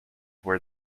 where